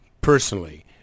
personally